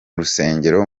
rusengero